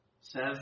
says